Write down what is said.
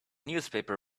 newspaper